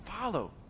follow